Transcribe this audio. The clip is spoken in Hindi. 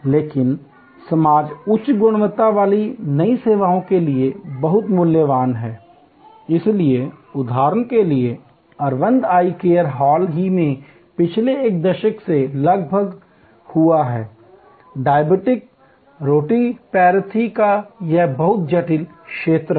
लेकिन समाज उच्च गुणवत्ता वाली नई सेवाओं के लिए बहुत मूल्यवान है इसलिए उदाहरण के लिए अरविंद आई केयर हाल ही में पिछले एक दशक से लगा हुआ था डायबिटिक रेटिनोपैथी का यह बहुत जटिल क्षेत्र है